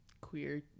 queer